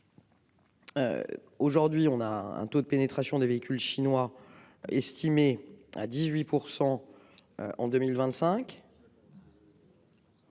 Aujourd'hui on a un taux de pénétration des véhicules chinois. Estimé à 18%. En 2025.